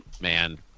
man